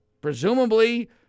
presumably